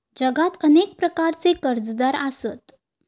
जगात अनेक प्रकारचे कर्जदार आसत